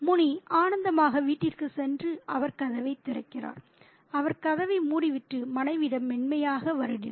முனி ஆனந்தமாக வீட்டிற்குச் சென்று அவர் கதவைத் திறக்கிறார் அவர் கதவை மூடிவிட்டு மனைவியிடம் மென்மையாக வருடினார்